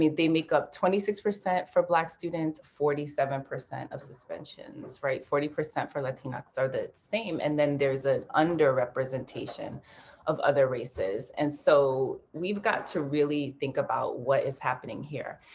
they make up twenty six percent for black students, forty seven percent of suspensions, right, forty percent for latinx are the same and then there's an underrepresentation of other races. and so we've got to really think about what is happening here.